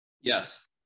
Yes